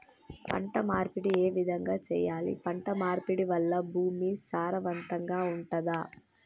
పంట మార్పిడి ఏ విధంగా చెయ్యాలి? పంట మార్పిడి వల్ల భూమి సారవంతంగా ఉంటదా?